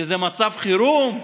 שזה מצב חירום.